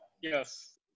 yes